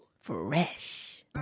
fresh